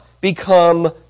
become